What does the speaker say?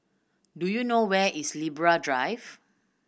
do you know where is Libra Drive